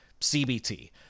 CBT